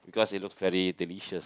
because it looks very delicious